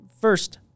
First